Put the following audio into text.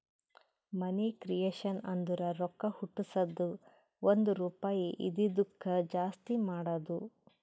ಮನಿ creation ಅಂದುರ್ ರೊಕ್ಕಾ ಹುಟ್ಟುಸದ್ದು ಒಂದ್ ರುಪಾಯಿ ಇದಿದ್ದುಕ್ ಜಾಸ್ತಿ ಮಾಡದು